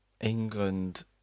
England